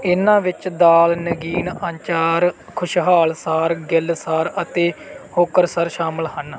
ਇਨ੍ਹਾਂ ਵਿੱਚ ਦਾਲ ਨਗੀਨ ਅੰਚਾਰ ਖੁਸ਼ਹਾਲ ਸਾਰ ਗਿਲ ਸਾਰ ਅਤੇ ਹੋਕਰਸਰ ਸ਼ਾਮਲ ਹਨ